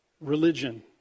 religion